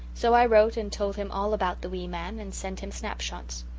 so i wrote and told him all about the wee man, and sent him snapshots.